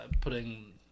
putting